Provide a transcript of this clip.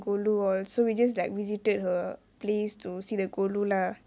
Kolu all so we just like visited her place to see the Kolu lah